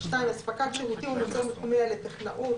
(2) אספקת שירותים ומוצרים בתחומים אלה: טכנאות,